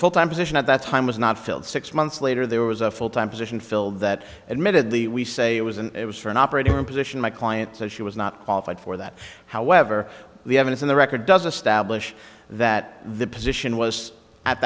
full time position at that time was not filled six months later there was a full time position filled that admittedly we say it was an it was for an operator position my client so she was not qualified for that however the evidence in the record does a stab lish that the position was at